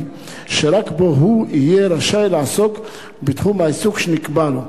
שרק בו הוא יהיה רשאי לעסוק בתחום העיסוק שנקבע לו.